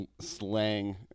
slang